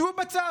שבו בצד,